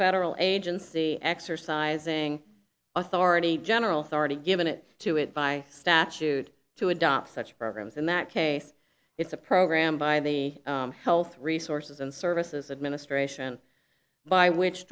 federal agency exercising authority general thirty given it to it by statute to adopt such programs in that case it's a program by the health resources and services administration by which